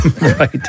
Right